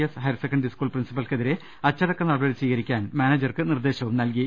S higher secondary school പ്രിൻസിപ്പൽക്കെതിരെ അച്ചടക്ക നടപടി സ്വീകരിക്കാൻ മാനേജർക്ക് നിർദേശവും നൽകി